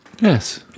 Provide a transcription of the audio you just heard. Yes